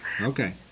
Okay